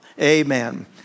Amen